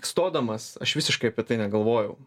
stodamas aš visiškai apie tai negalvojau